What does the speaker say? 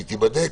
היא תיבדק,